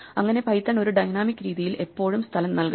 അങ്ങനെ പൈത്തൺ ഒരു ഡൈനാമിക് രീതിയിൽ എപ്പോഴും സ്ഥലം നൽകണം